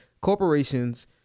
corporations